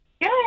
Good